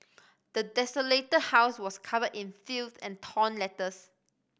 the desolated house was covered in filth and torn letters